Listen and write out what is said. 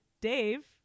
Dave